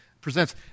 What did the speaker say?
presents